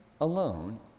alone